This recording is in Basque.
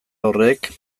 horrek